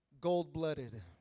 gold-blooded